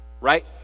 right